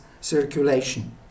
circulation